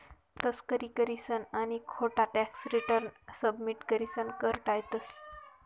तस्करी करीसन आणि खोटा टॅक्स रिटर्न सबमिट करीसन कर टायतंस